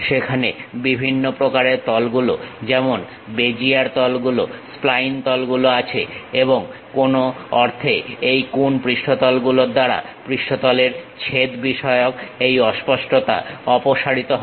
সেখানে বিভিন্ন প্রকারের তলগুলো যেমন বেজিয়ার তলগুলোস্প্লাইন তলগুলো আছে এবং কোনো অর্থে এই কুন পৃষ্ঠতলগুলোর দ্বারা পৃষ্ঠতলের ছেদ বিষয়ক এই অস্পষ্টতা অপসারিত হবে